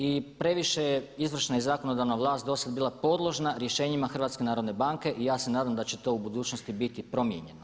I previše je izvršna i zakonodavna vlast dosad bila podložna rješenjima HNB-a i ja se nadam da će to u budućnosti biti promijenjeno.